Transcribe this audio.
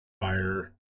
fire